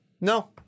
no